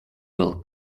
will